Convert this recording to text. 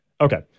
Okay